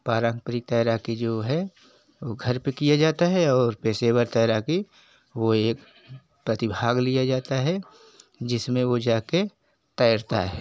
पारंपरिक तैराकी जो है वह घर पर किया जाता है और पेशेवर तैराकी वह एक प्रतिभाग लिया जाता है जिसमें वह जा कर तैरता है